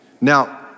Now